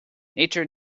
nature